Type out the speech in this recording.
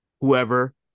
whoever